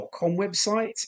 website